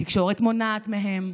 התקשורת מונעת מהם.